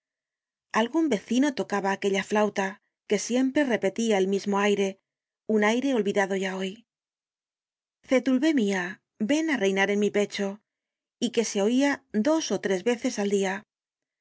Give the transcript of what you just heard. algun vecino tocaba aquella flauta que siempre repetia el mismo aire un aire olvidado ya hoy zetulbé mia ven á reinar en mi pecho y que se oia dos ó tres veces al dia